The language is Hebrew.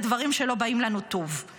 לדברים שלא באים לנו טוב.